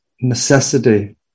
necessity